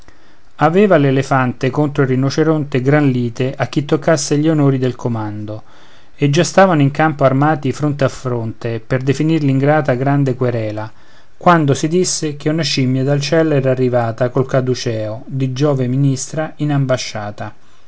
aveva l'elefante contro il rinoceronte gran lite a chi toccasse gli onori del comando e già stavano in campo armati fronte a fronte per definir l'ingrata grande querela quando si disse che una scimmia dal ciel era arrivata col caduceo di giove ministra in ambasciata